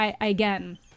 again